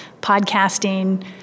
podcasting